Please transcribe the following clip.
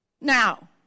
now